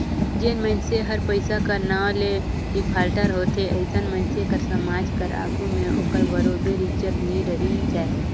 जेन मइनसे हर पइसा कर नांव ले डिफाल्टर होथे अइसन मइनसे कर समाज कर आघु में ओकर बरोबेर इज्जत नी रहि जाए